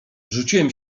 rzuciłem